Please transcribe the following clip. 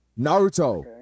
Naruto